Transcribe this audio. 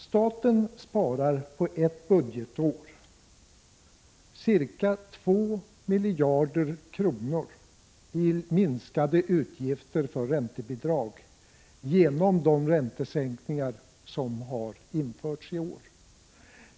Staten sparar på ett budgetår ca 2 miljarder kronor i minskade utgifter för räntebidrag genom de räntesänkningar som har genomförts i år.